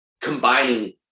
combining